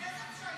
איזה פשעים?